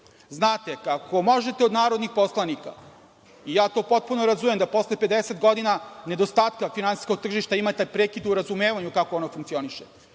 Srbiji. Ako možete od narodnih poslanika, i ja to potpuno razumem da posle 50 godina nedostatka finansijskog tržišta imate prekid u razumevanju kako ono funkcioniše,